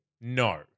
No